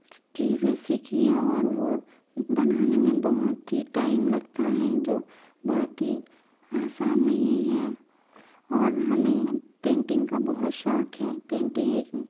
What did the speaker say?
چیزیں سیکھی ہیں اور وہ بنانے میں بہت ہی ٹائم لگتا ہے جو بہت ہی آسان نہیں ہے اور ہمیں پینٹنگ کا بہت شوق ہے پینٹنگ ایک